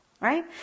Right